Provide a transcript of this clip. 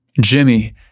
Jimmy